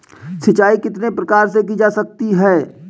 सिंचाई कितने प्रकार से की जा सकती है?